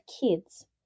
kids